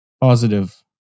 positive